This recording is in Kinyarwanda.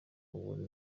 kugura